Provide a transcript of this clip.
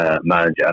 manager